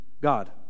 God